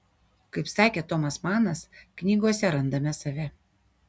kaip sakė tomas manas knygose randame save